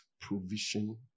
provision